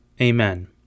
Amen